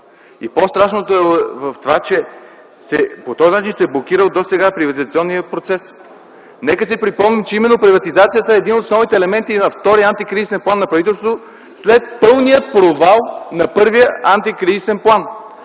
По-страшното е в това, че по този начин досега се е блокирал приватизационният процес. Нека да си припомним, че именно приватизацията е един от основните елементи на втория антикризисен план на правителството след пълния провал на първия антикризисен план.